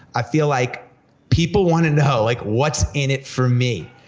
i feel like people want to know like what's in it for me.